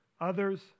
others